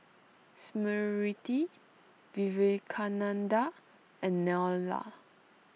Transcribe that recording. Smriti Vivekananda and Neila